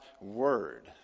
word